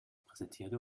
präsentierte